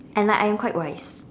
and like I am quite wise